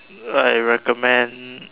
I recommend